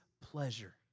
pleasure